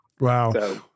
Wow